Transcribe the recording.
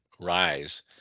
rise